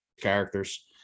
characters